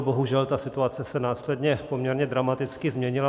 Bohužel, situace se následně poměrně dramaticky změnila.